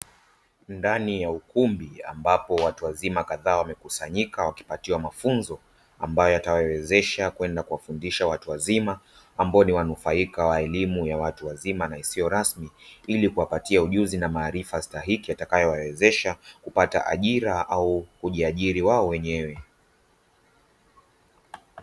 Ndani ya ukumbi, ambapo watu wazima kadhaa wamekusanyika wakipatiwa mafunzo ambayo yatawawezesha kwenda kuwafundisha watu wazima, ambao ni wanufaika wa elimu ya watu wazima na isiyo rasmi ili kuwapatia ujuzi na maarifa stahiki yatakayo wawezesha kupata ajira au kujiajiri wao wenyewe.